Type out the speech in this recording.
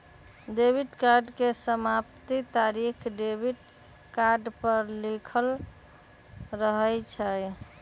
debit card के समाप्ति तारिख डेबिट कार्ड पर लिखल रहइ छै